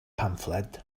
pamffled